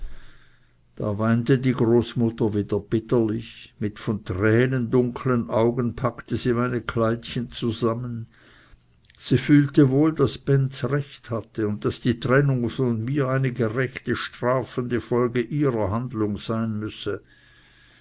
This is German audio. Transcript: da weinte die großmutter wieder bitterlich mit von tränen dunkeln augen packte sie meine kleidchen zusammen sie fühlte wohl daß benz recht hatte und daß die trennung von mir eine gerechte strafende folge ihrer handlung sein müsse